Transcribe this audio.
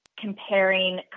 comparing